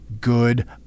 good